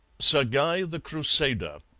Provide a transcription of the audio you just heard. sir guy the crusader